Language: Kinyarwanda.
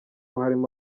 harimo